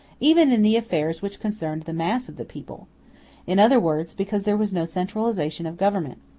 even in the affairs which concerned the mass of the people in other words, because there was no centralization of government.